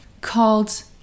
called